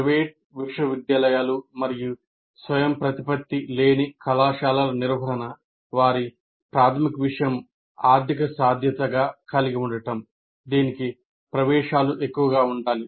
private విశ్వవిద్యాలయాలు మరియు స్వయంప్రతిపత్తి లేని కళాశాలల నిర్వహణ వారి ప్రాధమిక విషయము ఆర్థిక సాధ్యతగా కలిగి ఉండటం దీనికి ప్రవేశం ఎక్కువగా ఉండాలి